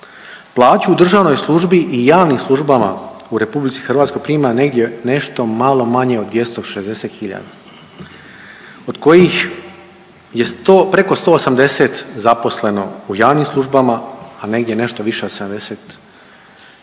Plaću u državnoj službi i javnim službama u RH prima negdje nešto malo manje od 260.000 od kojih je preko 180 zaposleno u javnim službama, a negdje nešto više od 70